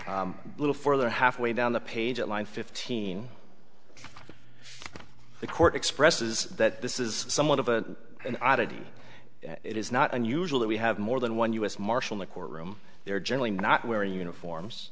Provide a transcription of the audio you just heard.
a little further halfway down the page at line fifteen the court expresses that this is somewhat of a an oddity it is not unusual that we have more than one u s marshal the courtroom there are generally not wearing uniforms